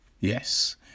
yes